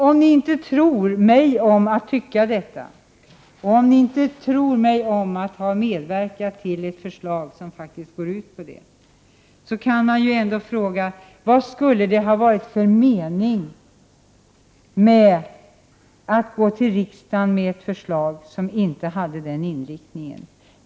Om ni inte tror mig om att tycka detta — och att ha medverkat till ett förslag som faktiskt går ut på det — så kan man ändå fråga: Vad skulle det ha varit för mening med att gå till riksdagen med ett förslag som inte hade den inriktningen?